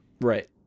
Right